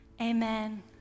Amen